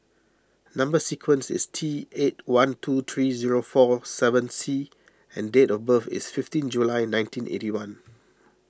Number Sequence is T eight one two three zero four seven C and date of birth is fifteen July nineteen eighty one